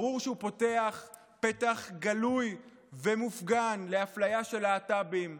ברור שהוא פותח פתח גלוי ומופגן לאפליה של להט"בים,